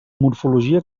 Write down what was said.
morfologia